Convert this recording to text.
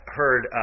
heard